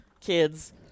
kids